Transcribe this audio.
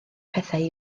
pethau